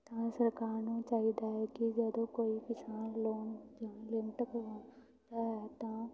ਤਾਂ ਸਰਕਾਰ ਨੂੰ ਚਾਹੀਦਾ ਹੈ ਕਿ ਜਦੋਂ ਕੋਈ ਪਿਛਾਅ ਲੋਨ ਜਾਂ ਲਿਮਟ ਕਰਵਾਉਂਦਾ ਹੈ ਤਾਂ